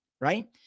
right